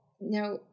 Now